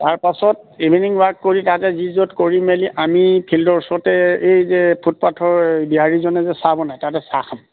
তাৰপাছত evening walk কৰি তাতে যি য'ত কৰি মেলি আমি ফিল্ডৰ ওচৰতে এই যে ফুটপাথৰ বিহাৰীজনে যে চাহ বনায় তাতে চাহ খাম